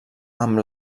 amb